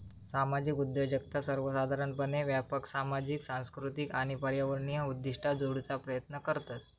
सामाजिक उद्योजकता सर्वोसाधारणपणे व्यापक सामाजिक, सांस्कृतिक आणि पर्यावरणीय उद्दिष्टा जोडूचा प्रयत्न करतत